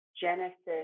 genesis